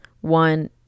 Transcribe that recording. One